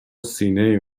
سینه